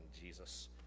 Jesus